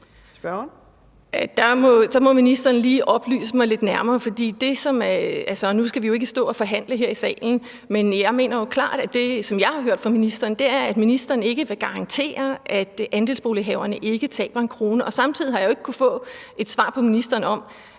Så må ministeren lige oplyse mig lidt mere. Nu skal vi jo ikke stå og forhandle her i salen, men jeg mener klart, at det, som jeg har hørt fra ministeren, er, at ministeren ikke vil garantere, at andelsbolighaverne ikke taber en krone, og samtidig har jeg ikke kunnet få et svar fra ministeren.